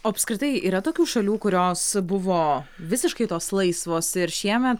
o apskritai yra tokių šalių kurios buvo visiškai tos laisvos ir šieme